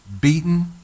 beaten